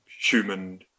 human